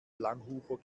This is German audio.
langhuber